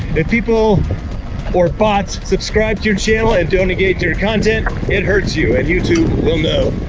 if people or bots subscribe to your channel and don't negate their content, it hurts you and youtube will know.